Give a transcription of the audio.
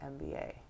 mba